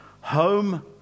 Home